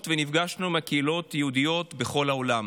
ונפגשנו עם קהילות יהודיות בכל העולם.